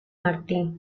martí